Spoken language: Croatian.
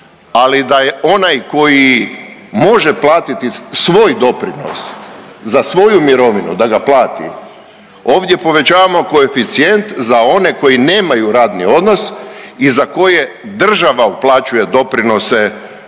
ali da je onaj koji može platiti svoj doprinos za svoju mirovinu da ga plati, ovdje povećavamo koeficijent za one koji nemaju radni odnos i za koje država uplaćuje doprinose